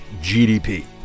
GDP